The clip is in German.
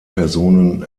personen